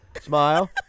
smile